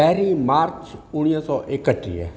पहिरीं मार्च उणिवीह सौ एकटीह